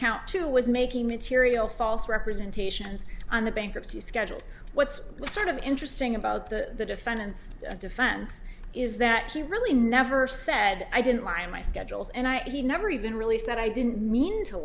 count two was making material false representation and on the bankruptcy schedules what's sort of interesting about the defendants defense is that he really never said i didn't lie in my schedules and i he never even really said i didn't mean to